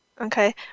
Okay